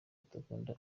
adakunda